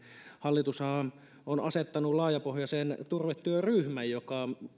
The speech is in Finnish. hallitushan on on asettanut laajapohjaisen turvetyöryhmän joka